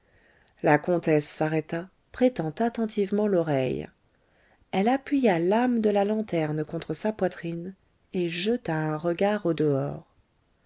la comtesse s'arrêta prêtant attentivement l'oreille elle appuya l'âme de la lanterne contre sa poitrine et jeta un regard au dehors